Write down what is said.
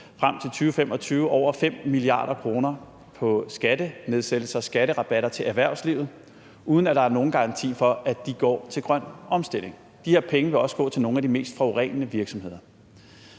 brugt over 5 mia. kr. på skattenedsættelser og skatterabatter til erhvervslivet, uden at der er nogen garanti for, at de går til grøn omstilling. De her penge vil også gå til nogle af de mest forurenende virksomheder.